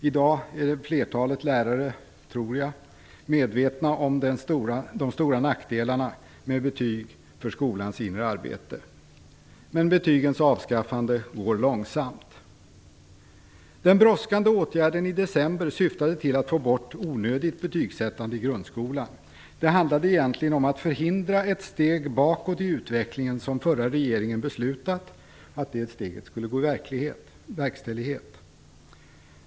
I dag är flertalet lärare, tror jag, medvetna om de stora nackdelarna med betyg för skolans inre arbete. Men betygens avskaffande går långsamt. Den brådskande åtgärden i december syftade till att få bort onödigt betygsättande i grundskolan. Det handlade egentligen om att förhindra att det steg bakåt i utvecklingen som den förra regeringen beslutat om skulle gå till verkställighet.